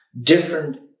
different